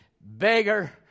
beggar